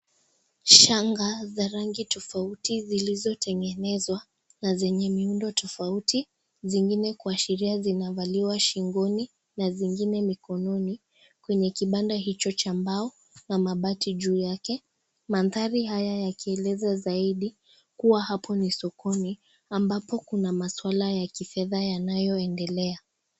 Shanga za rangi tofauti zilizotengenezwa na zenye miundo tofauti, zingine kuashiria zinavaliwa shingoni na zingine mikononi. Kwenye kibanda hicho cha mbao na mabati juu yake, maandhari hayo yakieleza zaidi kuwa hapo ni sokoni ambapo kuna maswala ya kifedha yanayoendelea.